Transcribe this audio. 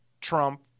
Trump